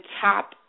top